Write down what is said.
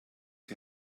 die